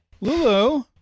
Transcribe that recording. Lulu